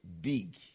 big